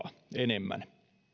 enemmän